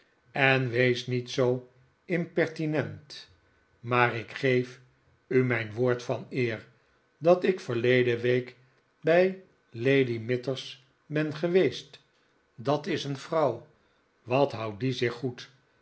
en wees niet zoo impertinent maar ik geef u mijn woord van eer dat ik verleden week bij lady mithers ben geweest dat is een vrouw wat houdt die zich goed